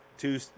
Two